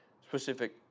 specific